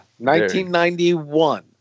1991